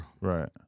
Right